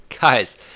Guys